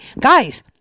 guys